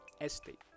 estate